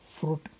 fruit